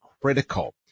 critical